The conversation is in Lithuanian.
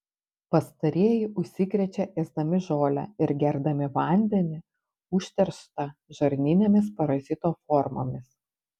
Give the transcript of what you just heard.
pastarieji užsikrečia ėsdami žolę ir gerdami vandenį užterštą žarninėmis parazito formomis